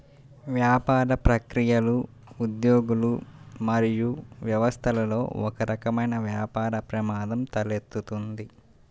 వ్యాపార ప్రక్రియలు, ఉద్యోగులు మరియు వ్యవస్థలలో ఒకరకమైన వ్యాపార ప్రమాదం తలెత్తుతుంది